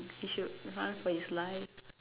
he should run for his life